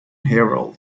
herald